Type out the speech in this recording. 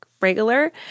regular